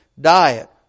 diet